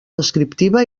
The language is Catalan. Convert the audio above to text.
descriptiva